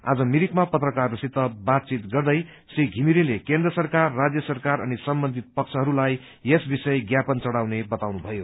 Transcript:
आज मिरिकमा पत्रकारहरूसित बातचित गर्दै श्री घिमिरेले केन्द्र सरकार राज्यस सरकार अनि सम्बन्धित पक्षहरूलाई यस विषय ज्ञापन चढाउने बताउनु भयो